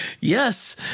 Yes